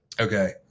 Okay